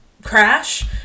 crash